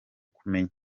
kumenya